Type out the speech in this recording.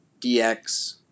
DX